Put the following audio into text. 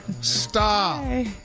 Stop